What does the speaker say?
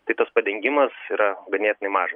tai tas padengimas yra ganėtinai maža